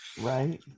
right